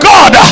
God